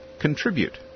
contribute